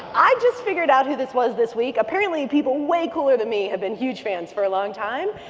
i just figured out who this was this week. apparently, people way cooler than me have been huge fans for a long time.